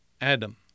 Adam